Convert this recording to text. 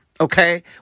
Okay